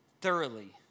Thoroughly